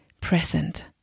present